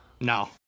No